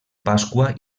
pasqua